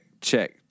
check